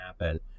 happen